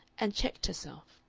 and checked herself.